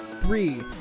Three